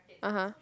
(uh huh)